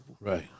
Right